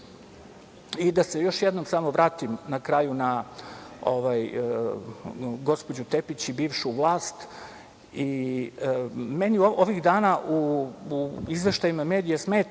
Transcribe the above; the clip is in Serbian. se još jednom vratim na kraju na gospođu Tepić i bivšu vlast, meni ovih dana u izveštajima medija smetaju